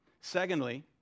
Secondly